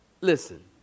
Listen